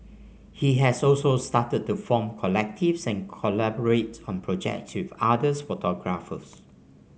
he has also started to form collectives and collaborate on projects with others photographers